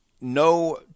no